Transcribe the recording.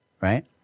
right